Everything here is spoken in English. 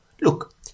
look